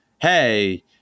hey